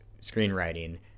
screenwriting